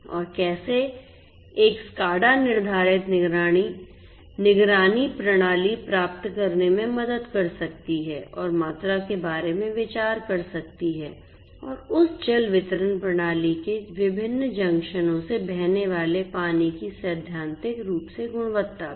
और कैसे एक SCADA आधारित निगरानी प्रणाली प्राप्त करने में मदद कर सकती है और मात्रा के बारे में विचार कर सकती है और उस जल वितरण प्रणाली के विभिन्न जंक्शनों से बहने वाले पानी की सैद्धांतिक रूप से गुणवत्ता भी